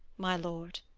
my lord.